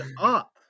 up